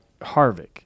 Harvick